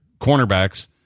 Cornerbacks